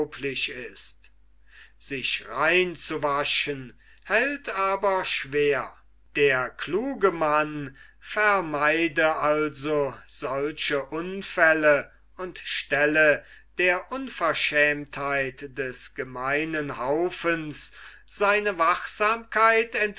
ist sich rein zu waschen hält aber schwer der kluge mann vermeide also solche unfälle und stelle der unverschämtheit des gemeinen haufens seine wachsamkeit